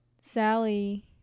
Sally